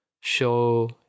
show